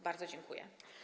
Bardzo dziękuję.